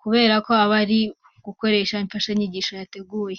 kubera ko aba ari gukoresha imfashanyigisho yateguye.